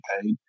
paid